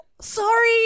sorry